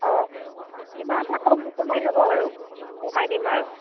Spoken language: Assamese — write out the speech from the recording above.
অঁ কিবা এটা কম কমাই ল'ব আৰু কমাই দিম আৰু